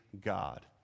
God